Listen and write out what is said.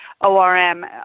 ORM